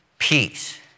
Peace